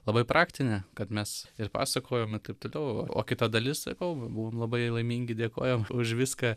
labai praktinė kad mes ir pasakojome taip toliau o kita dalis sakau buvom labai laimingi dėkojam už viską